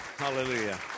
Hallelujah